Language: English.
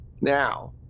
Now